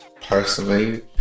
personally